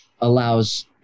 allows